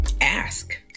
ask